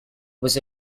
was